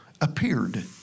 appeared